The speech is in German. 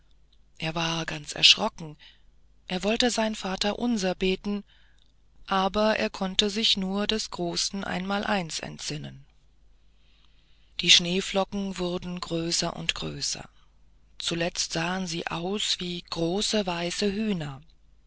er war ganz erschrocken er wollte sein vaterunser beten aber er konnte sich nur des großen einmaleins entsinnen die schneeflocken wurden größer und größer zuletzt sahen sie aus wie große weiße hühner